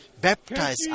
baptize